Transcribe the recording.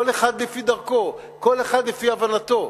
כל אחד לפי דרכו, כל אחד לפי הבנתו.